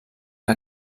que